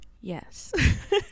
Yes